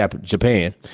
Japan